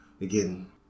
Again